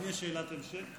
האם יש שאלת המשך?